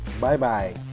Bye-bye